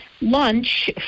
lunch